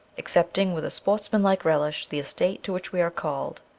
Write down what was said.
accepting with a sportsman-like relish the estate to which we are called,